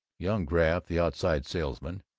young graff, the outside salesman,